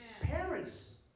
Parents